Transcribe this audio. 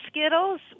Skittles